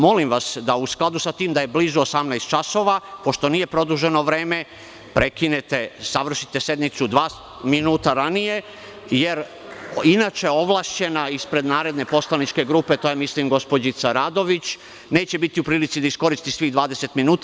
Molim da u skladu sa tim da je blizu 18,00 časova, pošto nije produženo vreme, završite sednicu dva minuta ranije, jer, inače ovlašćena ispred naredne poslaničke grupe, to je mislim gospođica Radović, neće biti u prilici da iskoristi svih 20 minuta.